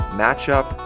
matchup